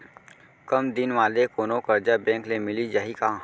कम दिन वाले कोनो करजा बैंक ले मिलिस जाही का?